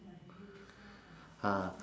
ah